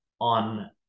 on